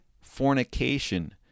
fornication